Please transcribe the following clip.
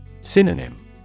Synonym